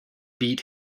beat